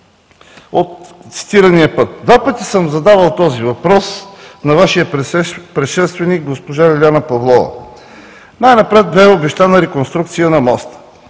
от цитирания път. Два пъти съм задавал този въпрос на Вашия предшественик госпожа Лиляна Павлова. Най-напред бе обещана реконструкция на моста.